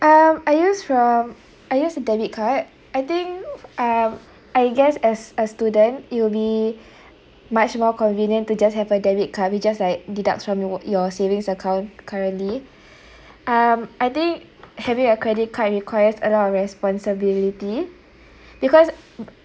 um I use from I use a debit card I think um I guess as as student it will be much more convenient to just have a debit card which just like deduct from your your savings account currently um I think having a credit card requires a lot of responsibility because